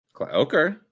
Okay